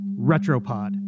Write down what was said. Retropod